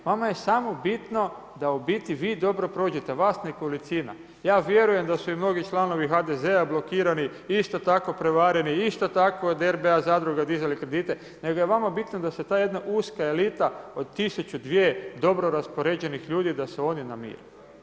Vama je samo bitno da u biti vi dobro prođete, vas nekolicina, ja vjerujem da su i mnogi članovi HDZ-a blokirani isto tako prevareni, isto tako od RBA zadruga dizali kredite, nego je vama bitno da se ta jedna uska elita od 1000, 2000 dobro raspoređenih ljudi da se oni namire.